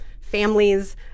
families